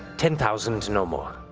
ten thousand, no more.